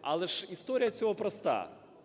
але ж історія цього проста.